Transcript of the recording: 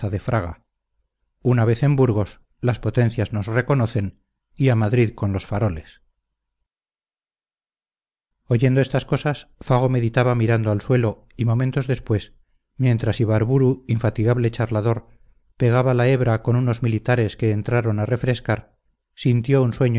de fraga una vez en burgos las potencias nos reconocen y a madrid con los faroles oyendo estas cosas fago meditaba mirando al suelo y momentos después mientras ibarburu infatigable charlador pegaba la hebra con unos militares que entraron a refrescar sintió un sueño